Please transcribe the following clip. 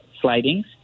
slidings